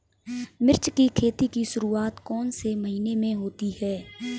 मिर्च की खेती की शुरूआत कौन से महीने में होती है?